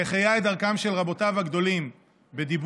והחיה את דרכם של רבותיו הגדולים בדיבור,